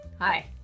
Hi